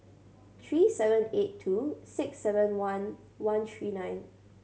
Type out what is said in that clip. three seven eight two six seven one one three nine